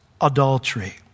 adultery